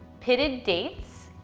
pitted dates,